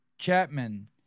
Chapman